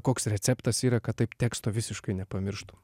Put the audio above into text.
koks receptas yra kad taip teksto visiškai nepamirštum